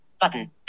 Button